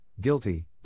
guilty